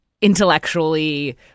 intellectually